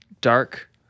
dark